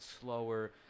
slower